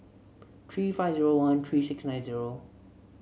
three five zero one three six nine zero